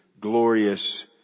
glorious